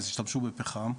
אז שהשתמשו בפחם.